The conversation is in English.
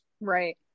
Right